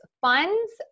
funds